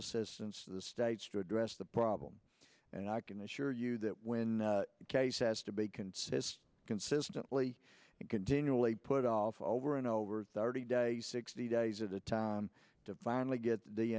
assistance to the states to address the problem and i can assure you that when the case has to be consistent consistently and continually put off over and over thirty days sixty days of the time to finally get the